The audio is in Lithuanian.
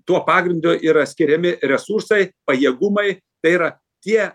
tuo pagrindu yra skiriami resursai pajėgumai tai yra tie